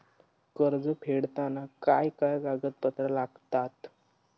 कर्ज फेडताना काय काय कागदपत्रा लागतात?